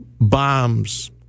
Bombs